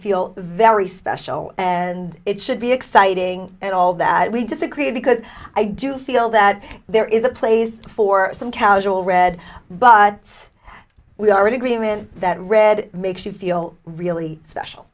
feel very special and it should be exciting and all that we disagree because i do feel that there is a place for some casual read but we already agreement that read makes you feel really special